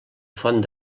font